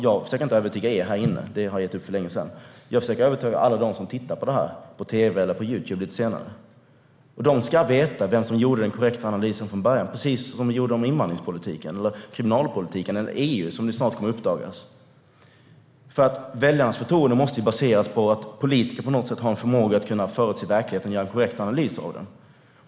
Jag försöker inte övertyga er här inne - det har jag gett upp för länge sedan - utan jag försöker övertyga alla som tittar på detta på tv eller Youtube lite senare. De ska veta vem som gjorde den korrekta analysen från början, precis som vi gjorde när det gäller invandringspolitiken, kriminalpolitiken eller EU, vilket snart kommer att uppdagas. Väljarnas förtroende måste baseras på att politiker har förmågan att förutse verkligheten och göra en korrekt analys av den.